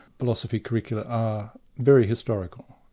philosophy curricula are very historical.